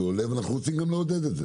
ואנו רוצים לעודד את זה